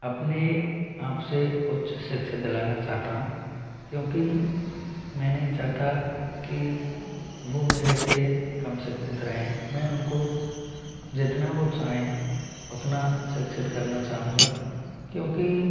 अपने आप से उच्च शिक्षा दिलाना चाहता हूँ क्योंकि मैं नहीं चाहता कि वो मेरे से कम शिक्षित रहें मैं उनको जितना वह चाहें उतना शिक्षित करना चाहूँगा क्योंकि